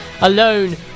alone